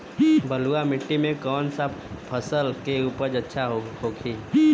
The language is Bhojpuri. बलुआ मिट्टी में कौन सा फसल के उपज अच्छा होखी?